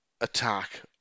attack